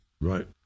right